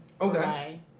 okay